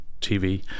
TV